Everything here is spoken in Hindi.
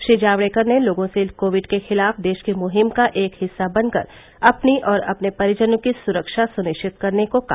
श्री जावडेकर ने लोगों से कोविड के खिलाफ देश की मुहिम का एक हिस्सा बनकर अपनी और अपने परिजनों की सुरक्षा सुनिश्चित करने को कहा